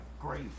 great